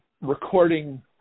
recording